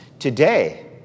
today